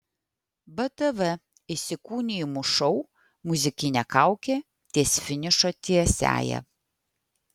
btv įsikūnijimų šou muzikinė kaukė ties finišo tiesiąja